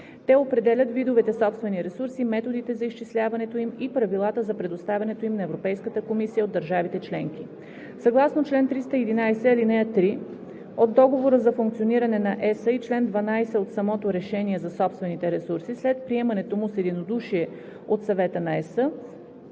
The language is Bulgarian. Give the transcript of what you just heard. Те определят видовете собствени ресурси, методите за изчисляването им и правилата за предоставянето им на Европейската комисия от държавите членки. Съгласно чл. 311, ал. 3 от Договора за функциониране на ЕС и чл. 12 от самото решение за собствените ресурси, след приемането му с единодушие от Съвета на ЕС,